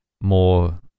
more